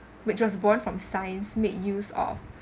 which was borne from science made use of